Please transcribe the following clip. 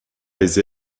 eis